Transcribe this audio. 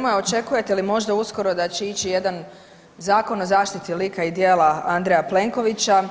Kolega Grmoja očekujete li možda uskoro da će ići jedan zakon o zaštiti lika i djela Andreja Plenkovića